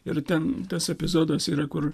ir ten tas epizodas yra kur